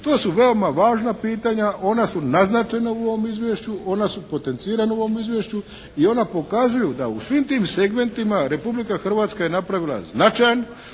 to su veoma važna pitanja. Ona su naznačena u ovom izvješću, ona su potencirana u ovom izvješću i ona pokazuju da u svim tim segmentima Republika Hrvatska je napravila značajan